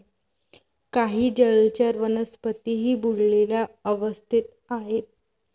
काही जलचर वनस्पतीही बुडलेल्या अवस्थेत आहेत